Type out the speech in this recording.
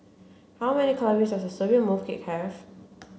how many calories does a serving of mooncake have